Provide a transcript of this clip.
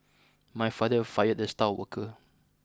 my father fired the star worker